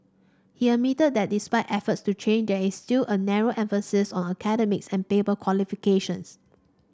he admitted that despite efforts to change there is still a narrow emphasis on academics and paper qualifications